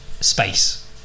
space